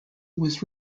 was